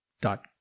dot